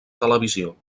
televisió